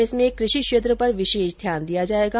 इसमें कृषि क्षेत्र पर विशेष ध्यान दिया जाएगा